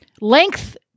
length